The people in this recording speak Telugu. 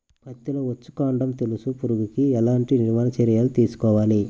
పత్తిలో వచ్చుకాండం తొలుచు పురుగుకి ఎలాంటి నివారణ చర్యలు తీసుకోవాలి?